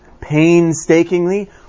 painstakingly